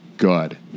Good